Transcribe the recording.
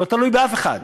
לא תלוי באף אחד.